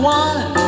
one